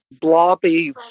blobby